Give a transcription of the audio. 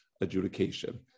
adjudication